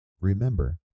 Remember